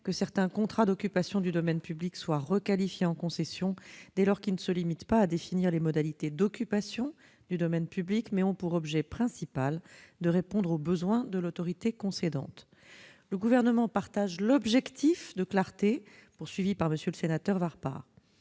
que certains contrats d'occupation du domaine public soient requalifiés en concessions dès lors qu'ils ne se limitent pas à définir les modalités d'occupation du domaine public, mais qu'ils ont pour objet principal de répondre aux besoins de l'autorité concédante. Le Gouvernement partage l'objectif de clarté que vous recherchez, monsieur le sénateur Vaspart.